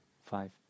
five